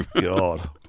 god